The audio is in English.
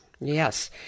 Yes